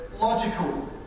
logical